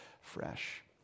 fresh